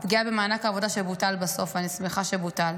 הפגיעה במענק העבודה, בוטל בסוף, ואני שמחה שבוטל,